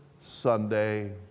Sunday